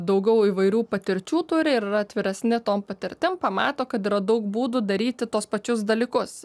daugiau įvairių patirčių turi ir yra atviresni tom patirtim pamato kad yra daug būdų daryti tuos pačius dalykus